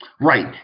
Right